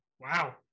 Wow